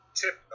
tip